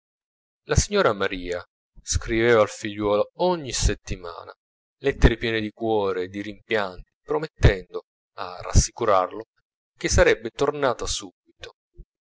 la signora maria scriveva al figliuolo ogni settimana lettere piene di cuore e di rimpianti promettendo a rassicurarlo che sarebbe tornata subito